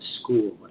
school